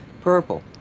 purple